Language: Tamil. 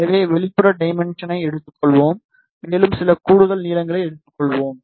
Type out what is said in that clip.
எனவே வெளிப்புற டைமென்ஷனை எடுத்துக்கொள்வோம் மேலும் சில கூடுதல் நீளங்களை எடுத்துக்கொள்வோம்